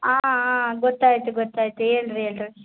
ಆ ಆ ಗೊತ್ತಾಯಿತು ಗೊತ್ತಾಯಿತು ಹೇಳ್ರಿ ಹೇಳ್ರಿ